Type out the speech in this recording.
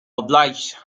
obliged